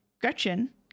Gretchen